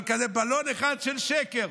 אבל זה בלון אחד של שקר.